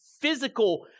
physical